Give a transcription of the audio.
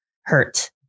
hurt